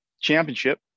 championship